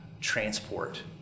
transport